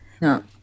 no